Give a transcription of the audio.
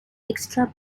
extra